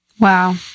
Wow